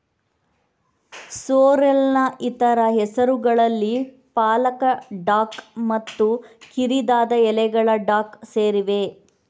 ಸೋರ್ರೆಲ್ನ ಇತರ ಹೆಸರುಗಳಲ್ಲಿ ಪಾಲಕ ಡಾಕ್ ಮತ್ತು ಕಿರಿದಾದ ಎಲೆಗಳ ಡಾಕ್ ಸೇರಿವೆ